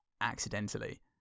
accidentally